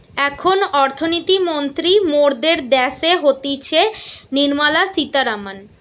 এখন অর্থনীতি মন্ত্রী মরদের ড্যাসে হতিছে নির্মলা সীতারামান